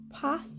path